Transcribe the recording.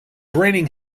raining